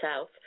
South